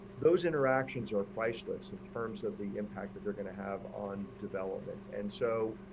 those interactions, your priceless in terms of the impact that they're going to have on development and so